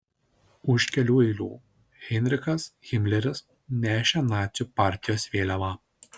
už kelių eilių heinrichas himleris nešė nacių partijos vėliavą